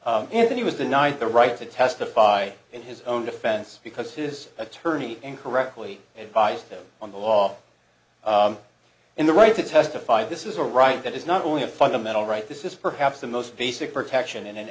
and he was denied the right to testify in his own defense because his attorney incorrectly advised them on the law in the right to testify this is a right that is not only a fundamental right this is perhaps the most basic protection in an